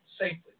safely